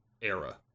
era